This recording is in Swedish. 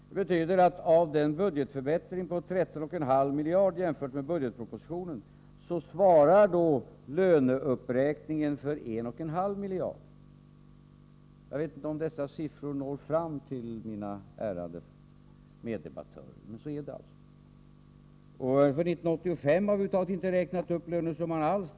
Det betyder att av budgetförbättringen på 13,5 miljarder, jämfört med budgetpropositionen, svarar löneuppräkningen för 1,5 miljarder. Jag vet inte om dessa siffror når fram till mina ärade meddebattörer, men så är det alltså. För 1985 har vi över huvud taget inte räknat upp lönesumman alls.